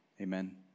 Amen